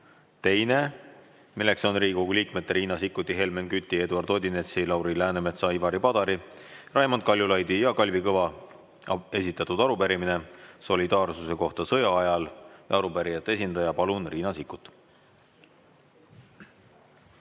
teine. See on Riigikogu liikmete Riina Sikkuti, Helmen Küti, Eduard Odinetsi, Lauri Läänemetsa, Ivari Padari, Raimond Kaljulaidi ja Kalvi Kõva esitatud arupärimine solidaarsuse kohta sõja ajal. Palun siia arupärijate esindaja Riina Sikkuti.